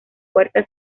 cuatro